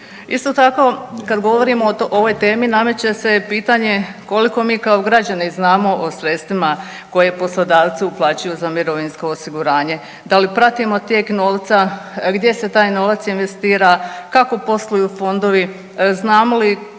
Isto tako kad govorimo o ovoj temi nameće se pitanje koliko mi kao građani znamo o sredstvima koje poslodavci uplaćuju za mirovinsko osiguranje, da li pratimo tijek novca, gdje se taj novac investira, kako posluju fondovi, znamo li kakva